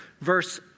verse